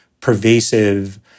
pervasive